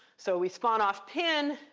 so we spawn off pin.